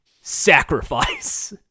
sacrifice